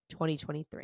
2023